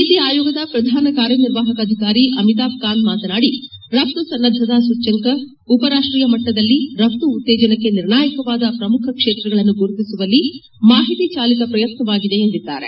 ನೀತಿ ಆಯೋಗದ ಪ್ರಧಾನ ಕಾರ್ಯನಿರ್ವಾಹಕ ಅಧಿಕಾರಿ ಅಮಿತಾಬ್ ಕಾಂತ್ ಮಾತನಾಡಿ ರಘ್ತು ಸನ್ನದ್ದತಾ ಸೂಚ್ಚಂಕ ಉಪರಾಷ್ವೀಯ ಮಟ್ಟದಲ್ಲಿ ರಫ್ತು ಉತ್ತೇಜನಕ್ಕೆ ನಿರ್ಣಾಯಕವಾದ ಪ್ರಮುಖ ಕ್ಷೇತ್ರಗಳನ್ನು ಗುರುತಿಸುವಲ್ಲಿ ಮಾಹಿತಿ ಚಾಲಿತ ಪ್ರಯತ್ನವಾಗಿದೆ ಎಂದಿದ್ದಾರೆ